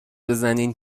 بزنین